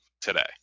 today